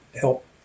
help